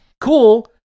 cool